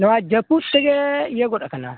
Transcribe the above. ᱱᱚᱣᱟ ᱡᱟᱹᱯᱩᱫ ᱛᱮᱜᱮ ᱤᱭᱟᱹ ᱜᱚᱫ ᱠᱟᱱᱟ